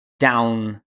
down